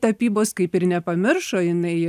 tapybos kaip ir nepamiršo jinai